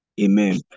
Amen